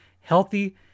healthy